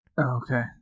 Okay